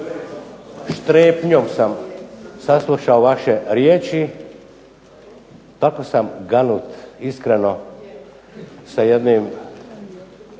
strepnjom sam saslušao vaše riječi. Tako sam ganut iskreno sa jednim